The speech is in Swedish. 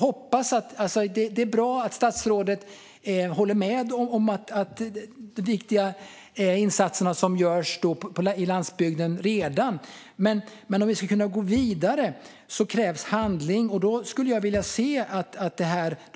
Det är bra att statsrådet håller med om de viktiga insatser som redan görs på landsbygden. Men om vi ska kunna gå vidare krävs handling. Jag skulle vilja se att det